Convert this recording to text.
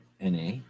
NA